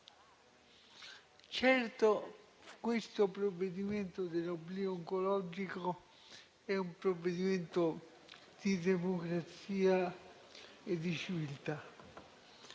Certo, questo sull'oblio oncologico è un provvedimento di democrazia e di civiltà.